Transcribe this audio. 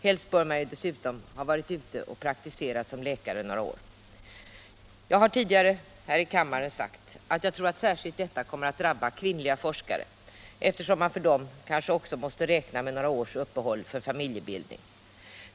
Helst bör man ju dessutom ha varit ute och praktiserat några år som läkare. Jag har tidigare här i kammaren sagt att jag tror att detta särskilt kommer att drabba kvinnliga forskare, eftersom man för dem kanske också måste räkna med några års uppehåll för familjebildning.